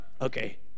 okay